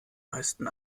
meisten